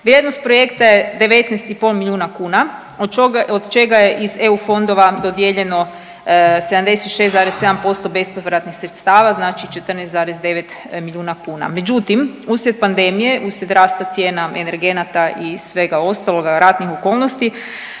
vrijednost projekta je 19,5 milijuna kuna, od čega je iz EU fondova dodijeljeno 76,7% bespovratnih sredstava, znači 14,9 milijuna kuna. Međutim, uslijed pandemije, uslijed rasta cijena energenata i svega ostaloga, ratnih okolnosti,